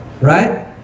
right